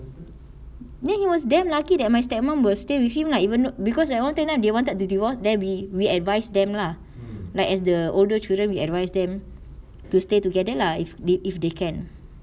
then he was damn lucky that my step mum will stay with him lah even though because at one time lah they wanted to divorce then we we advise them lah like as the older children we advise them to stay together lah if they if they can